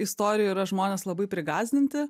istorijų yra žmonės labai prigąsdinti